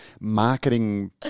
marketing